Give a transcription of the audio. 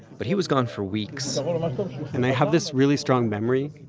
but he was gone for weeks and i have this really strong memory.